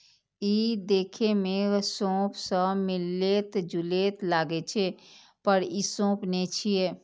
ई देखै मे सौंफ सं मिलैत जुलैत लागै छै, पर ई सौंफ नै छियै